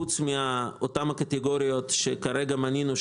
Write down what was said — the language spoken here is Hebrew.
חוץ מאותן קטגוריות שכרגע מנינו.